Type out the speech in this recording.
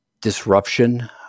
disruption